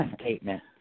statement